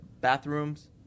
Bathrooms